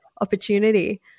opportunity